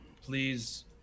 please